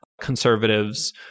conservatives